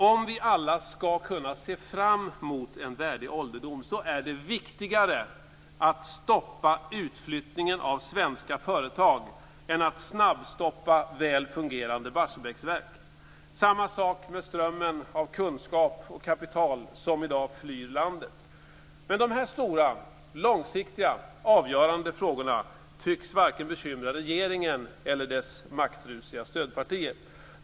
Om vi alla ska kunna se fram emot en värdig ålderdom är det viktigare att stoppa utflyttningen av svenska företag än att snabbstoppa väl fungerande Barsebäcksverk. Samma sak är det med strömmen av kunskap och kapital som i dag flyr landet. Men dessa stora, långsiktiga och avgörande frågor tycks varken bekymra regeringen eller dess maktrusiga stödpartier.